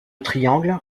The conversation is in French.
triangle